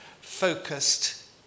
focused